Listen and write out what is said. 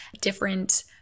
different